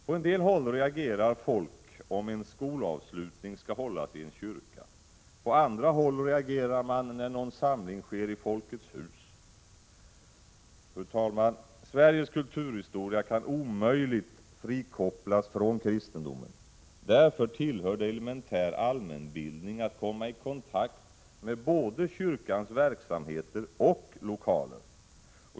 På en del håll reagerar folk om en skolavslutning skall hållas i en kyrka. På andra håll reagerar man när någon samling sker i Folkets hus. Fru talman! Sveriges kulturhistoria kan omöjligen frikopplas från kristendomen. Därför tillhör det elementär allmänbildning att komma i kontakt med både kyrkans verksamheter och lokaler.